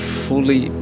fully